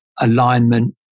alignment